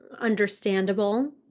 understandable